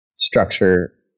structure